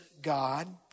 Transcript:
God